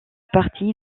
partie